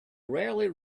rarely